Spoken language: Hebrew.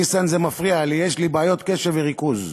ניסן, זה מפריע לי, יש לי בעיות קשב וריכוז,